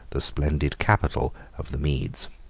the splendid capital of the medes.